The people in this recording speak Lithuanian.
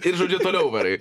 ir žodžiu toliau varai